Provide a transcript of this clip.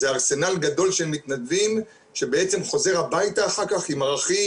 זה ארסנל גדול של מתנדבים שבעצם חוזר הביתה אחר כך עם ערכים,